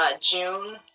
June